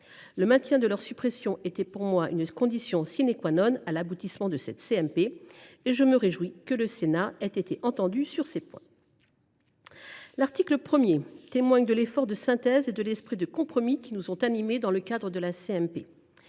Le maintien de leur suppression était, pour moi, une condition à l’aboutissement de cette commission mixte paritaire. Je me réjouis que le Sénat ait été entendu sur ces points. L’article 1 témoigne de l’effort de synthèse et de l’esprit de compromis qui nous ont animés dans le cadre de la CMP